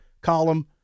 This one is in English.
column